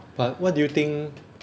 but what do you think